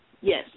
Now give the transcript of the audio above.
Yes